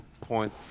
point